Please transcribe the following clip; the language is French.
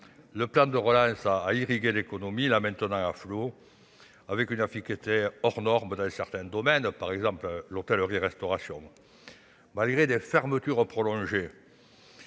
Le plan de relance a irrigué l'économie, la maintenant à flot avec une efficacité hors norme dans certains secteurs, comme celui de l'hôtellerie-restauration. Malgré des fermetures prolongées,